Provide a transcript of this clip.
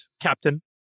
captain